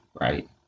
right